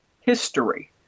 History